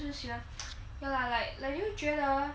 就是喜欢 no lah like 你会觉得